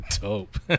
Dope